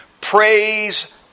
praise